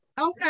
Okay